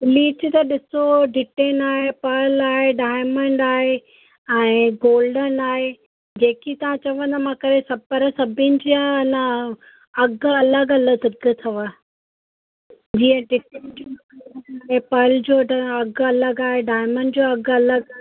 bleach त ॾिसो detan आहे पर्ल आहे डायमंड आहे ऐं गोल्डन आहे जेकी तव्हां चवंदा मां करे सभु करे सभिनी जा न अघ अलॻि अलॻि रुपियो अथव ईअं डिटेन जो पर्ल जो त अघु अलॻि आहे डायमंड जो अघु अलॻि आहे